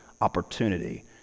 opportunity